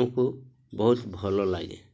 ଆମକୁ ବହୁତ ଭଲ ଲାଗେ